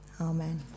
Amen